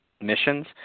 missions